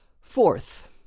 Fourth